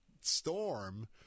storm